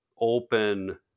open